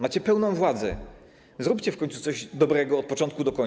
Macie pełną władzę, zróbcie w końcu coś dobrego od początku do końca.